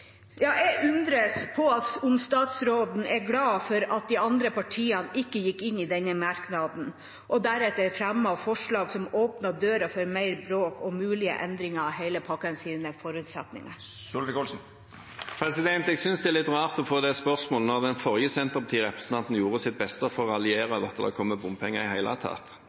Jeg undres om statsråden er glad for at de andre partiene ikke gikk inn i denne merknaden og deretter fremmet forslag som åpnet døren for mer bråk og mulige endringer av forutsetningene for hele pakken. Jeg synes det er litt rart å få det spørsmålet når den forrige Senterparti-representanten gjorde sitt beste for å raljere over at det kom bompenger i det hele tatt.